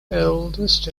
oldest